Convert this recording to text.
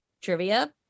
trivia